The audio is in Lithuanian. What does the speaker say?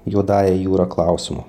juodąja jūra klausimu